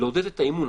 לעודד את האמון.